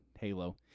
Halo